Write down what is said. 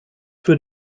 für